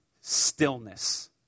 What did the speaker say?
stillness